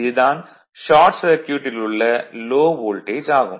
இது தான் ஷார்ட் சர்க்யூட்டில் உள்ள லோ வோல்டேஜ் ஆகும்